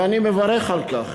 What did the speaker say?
ואני מברך על כך